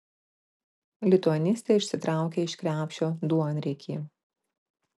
lituanistė išsitraukė iš krepšio duonriekį